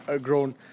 grown